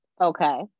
Okay